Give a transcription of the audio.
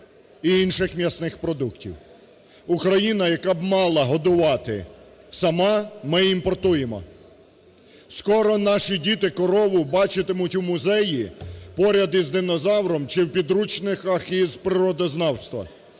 і інших м'ясних продуктів. Україна, яка б мала годувати сама ми імпортує, скоро наші діти корову бачитимуть у музеї поряд із динозавром чи в підручниках з природознавства.